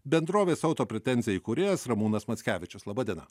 bendrovės auto pretenzija įkūrėjas ramūnas mackevičius laba diena